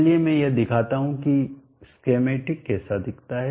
चलिए मैं यह दिखाता हूं कि स्कीमैटिक कैसा दिखता है